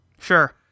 Sure